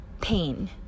pain